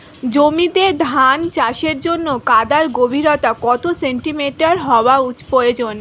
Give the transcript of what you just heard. জমিতে ধান চাষের জন্য কাদার গভীরতা কত সেন্টিমিটার হওয়া প্রয়োজন?